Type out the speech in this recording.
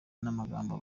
n’amagambo